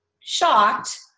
shocked